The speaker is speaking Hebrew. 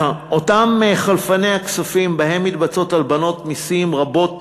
אותם חלפני הכספים, אצלם מתבצעות הלבנות מסים רבות